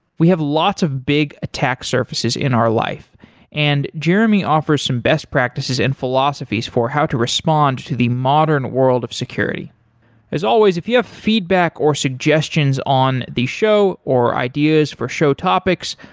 we have lots of big attack surfaces in our life and jeremy offers some best practices and philosophies for how to respond to the modern world of security as always if you have feedback or suggestions on the show or ideas for show topics,